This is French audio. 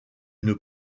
une